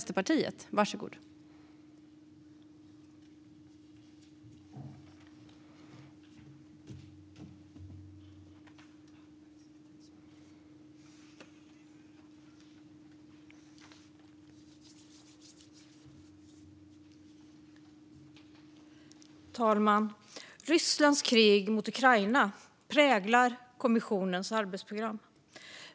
Rysslands krig mot Ukraina präglar kommissionens arbetsprogram.